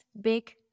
big